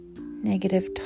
negative